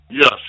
Yes